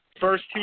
first